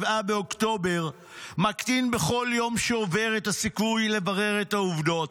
באוקטובר מקטין בכל יום שעובר את הסיכוי לברר את העובדות,